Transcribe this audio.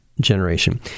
generation